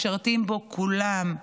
משרתים בו כולם,